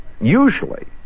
Usually